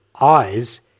eyes